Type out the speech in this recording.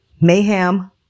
Mayhem